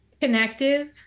Connective